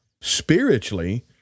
spiritually